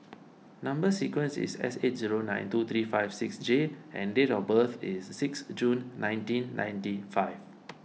Number Sequence is S eight zero nine two three five six J and date of birth is six June nineteen ninety five